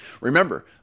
Remember